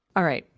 alright.